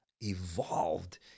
evolved